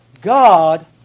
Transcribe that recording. God